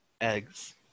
Eggs